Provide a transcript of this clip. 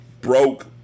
broke